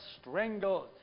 strangled